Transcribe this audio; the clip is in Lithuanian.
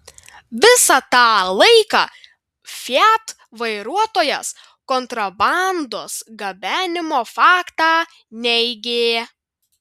visą tą laiką fiat vairuotojas kontrabandos gabenimo faktą neigė